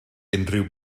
unrhyw